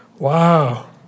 Wow